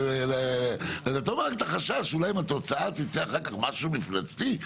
לטובת החשש שאולי אם התוצאה תצא משהו מפלצתי,